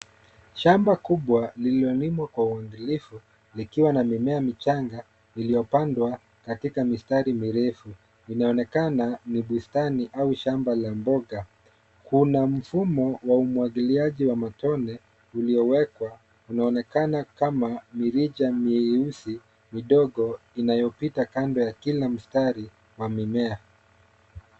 Shamba kubwa lililo limwa kwa uangilifu likiwa na mimea michanga iliyo pandwa katika mistari mirefu, lina onekana ni bustani au shamba la mboga. Kuna mfumo wa umwagiliaji wa matone uliowekwa, unaonekana kama mirija meusi midogo inayo pita kando ya kila mstari wa mimea.